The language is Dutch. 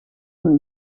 een